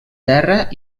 terra